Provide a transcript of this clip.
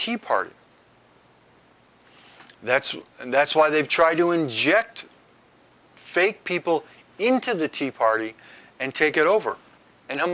and that's and that's why they've tried to inject fake people into the tea party and take it over and i'm